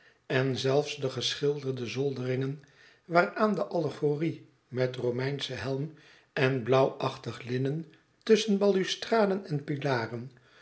en zelfs de geschilderde zolderingen waaraan de allegorie met romeinschen helm en blauwachtig linnen tusschen balustraden en pilaren